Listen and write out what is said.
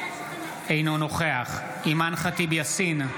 אינו נוכח אימאן ח'טיב יאסין,